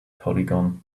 polygon